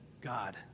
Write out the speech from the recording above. God